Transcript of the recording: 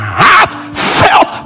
heartfelt